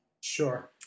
Sure